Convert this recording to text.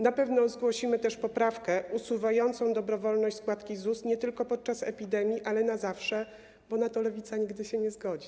Na pewno zgłosimy też poprawkę usuwającą dobrowolność składki na ZUS nie tylko podczas epidemii, ale i na zawsze, bo na to Lewica nigdy się nie zgodzi.